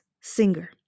singer